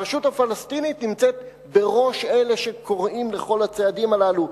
הרשות הפלסטינית נמצאת בראש אלה שקוראים לכל הצעדים הללו.